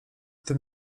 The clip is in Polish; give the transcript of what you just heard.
tym